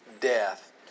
death